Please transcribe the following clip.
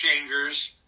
changers